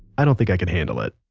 i don't think i could handle it